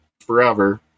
forever